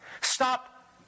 Stop